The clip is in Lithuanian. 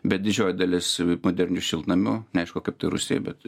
bet didžioji dalis modernių šiltnamių neaišku kaip toj rusijoj bet